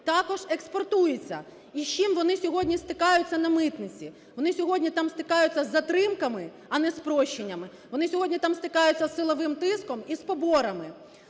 також експортується. І з чим вони сьогодні стикають на митниці? Вони сьогодні там стикають з затримками, а не із спрощеннями. Вони сьогодні там стикаються з силовим тиском і з поборами.